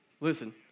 Listen